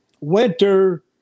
Winter